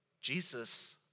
Jesus